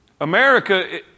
America